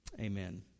amen